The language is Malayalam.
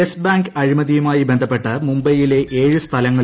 യെസ് ബാങ്ക് അഴിമതിയുമായി ബന്ധപ്പെട്ട് മുംബൈയിലെ ഏഴ് സ്ഥലങ്ങളിൽ സി